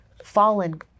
Fallen